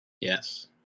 Yes